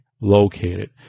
located